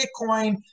Bitcoin